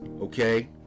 okay